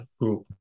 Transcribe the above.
group